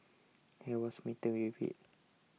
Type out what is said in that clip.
he was smitten with it